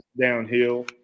Downhill